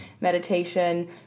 meditation